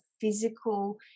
physical